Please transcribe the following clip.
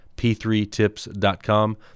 p3tips.com